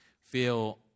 feel